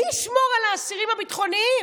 מי ישמור על האסירים הביטחוניים?